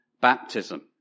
baptism